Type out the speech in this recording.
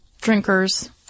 drinkers